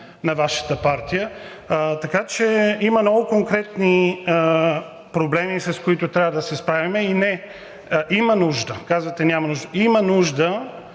на Вашата партия. Така че има много конкретни проблеми, с които трябва да се справим – и, не, има нужда, казвате: „няма нужда“. Има нужда